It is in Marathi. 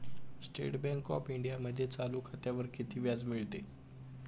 स्टेट बँक ऑफ इंडियामध्ये चालू खात्यावर किती व्याज मिळते?